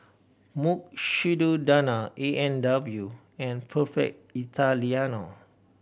Mukshidonna A and W and Perfect Italiano